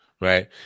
Right